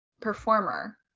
performer